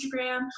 instagram